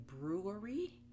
brewery